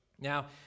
Now